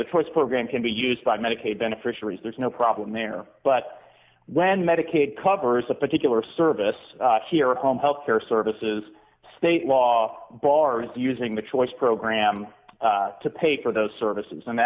the choice program can be used by medicaid beneficiaries there's no problem there but when medicaid covers a particular service here at home health care services state law bars using the choice program to pay for those services and